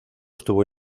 estuvo